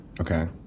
Okay